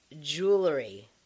jewelry